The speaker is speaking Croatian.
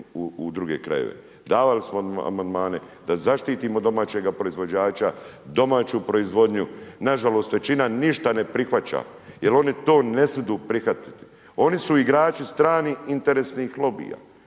u druge krajeve. Davali smo Amandmane da zaštitimo domaćega proizvođača, domaću proizvodnju, nažalost, većina ništa ne prihvaća jel oni to ne smidu prihvatiti, oni su igrači stranih interesnih lobija,